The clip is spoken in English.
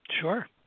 Sure